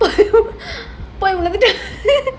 இப்போ உன்கிட்ட:ippo unkita